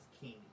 king